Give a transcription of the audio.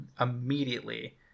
immediately